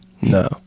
No